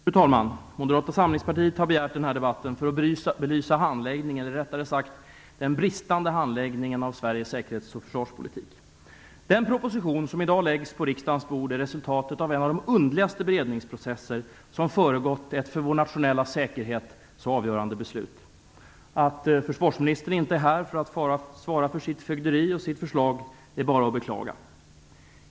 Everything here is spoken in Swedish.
Fru talman! Moderata samlingspartiet har begärt den här debatten för att belysa handläggningen eller, rättare sagt, den bristande handläggningen av Sveriges säkerhets och försvarspolitik. Den proposition som i dag läggs på riksdagens bord är resultatet av en av de underligaste beredningsprocesser som föregått ett så för vår nationella säkerhet avgörande beslut. Att försvarsministern inte är här för att svara för sitt fögderi och sitt förslag är bara att beklaga.